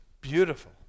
beautiful